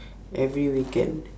every weekend